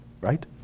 right